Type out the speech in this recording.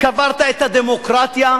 קברת את הדמוקרטיה,